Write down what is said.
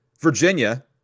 Virginia